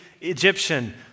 Egyptian